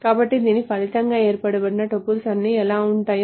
కాబట్టి దీని ఫలితంగా ఏర్పడిన టపుల్స్ అన్నీ ఎలా ఉంటాయో